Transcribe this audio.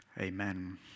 Amen